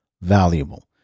valuable